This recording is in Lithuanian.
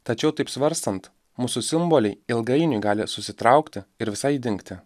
tačiau taip svarstant mūsų simboliai ilgainiui gali susitraukti ir visai dingti